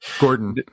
gordon